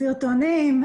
סרטונים,